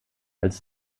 als